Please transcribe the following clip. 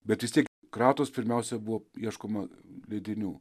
bet vis tiek kratos pirmiausia buvo ieškoma leidinių